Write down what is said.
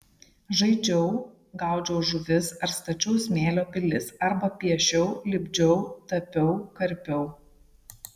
žaidžiau gaudžiau žuvis ar stačiau smėlio pilis arba piešiau lipdžiau tapiau karpiau